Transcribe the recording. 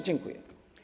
Dziękuję.